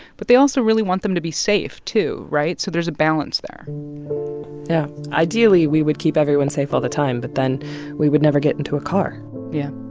but they also really want them to be safe, too, right? so there's a balance there yeah. ideally, we would keep everyone safe all the time, but then we would never get into a car yeah.